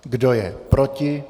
Kdo je proti?